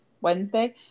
Wednesday